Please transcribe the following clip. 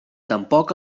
tampoc